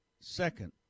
second